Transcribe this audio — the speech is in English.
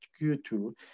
Q2